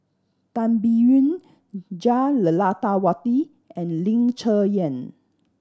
Tan Biyun Jah Lelawati and Ling Cher Eng